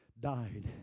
died